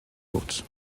wrote